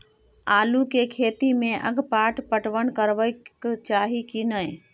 आलू के खेती में अगपाट पटवन करबैक चाही की नय?